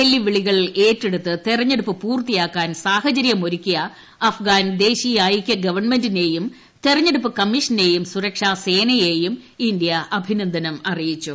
വെല്ലുവിളികൾ ഏറ്റെടുത്ത് തെരരഞ്ഞെടുപ്പു പൂർത്തിയാക്കാൻ സാഹചര്യമൊരുക്കിയ അഫ്ഗാൻ ദേശ്വീയ ഐക്യ ഗവൺമെന്റിനേയും തെരഞ്ഞെടുപ്പ് കുമ്മീഷനെയും സുരക്ഷാ സേനയേയും ഇന്ത്യ അഭിനന്ദനം അറിയിച്ചു